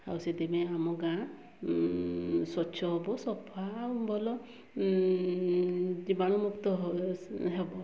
ଆଉ ସେଥିପାଇଁ ଆମ ଗାଁ ସ୍ୱଚ୍ଛ ହେବ ସଫା ଆଉ ଭଲ ଜୀବାଣୁ ମୁକ୍ତ ହେବ